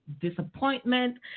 disappointment